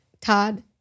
Todd